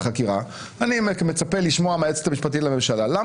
אני חושב שלא מכם נכון ללמוד אחרי הזלזול -- כן?